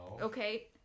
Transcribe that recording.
Okay